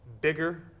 bigger